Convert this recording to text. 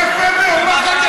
יפה מאוד.